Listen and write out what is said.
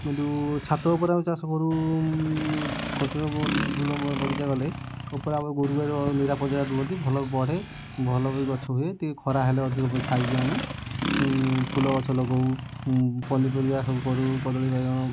କିନ୍ତୁ ଛାତ ଉପରେ ଆମେ ଚାଷ କରୁ କଣ୍ଟନ ଫୁଲ ବ ବଗିଚା କଲେ ଉପରେ ଆମର ଗୋରୁ ଗାଈର ନିରାପଜା ରୁହନ୍ତି ଭଲ ବଢ଼େ ଭଲ ବି ଗଛ ହୁଏ ଟିକେ ଖରା ହେଲେ ଅଧିକ ଛାଇ କି ଆଣୁ ଫୁଲ ଗଛ ଲଗାଉ ପନିପରିବା ସବୁ କରୁ କଦଳୀ ବାଇଗଣ